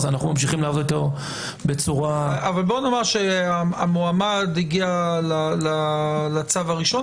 אנחנו ממשיכים לעבוד איתו --- בוא נאמר שהמועמד הגיע לצו הראשון,